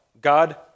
God